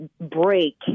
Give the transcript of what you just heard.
break